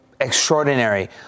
extraordinary